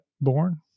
born